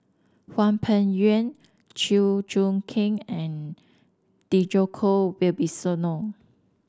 Hwang Peng Yuan Chew Choo Keng and Djoko Wibisono